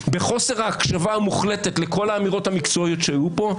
בחוסר ההקשבה המוחלטת לכל האמירות המקצועיות שהיו פה,